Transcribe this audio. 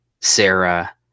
Sarah